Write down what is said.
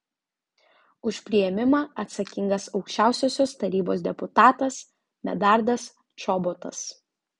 už priėmimą atsakingas aukščiausiosios tarybos deputatas medardas čobotas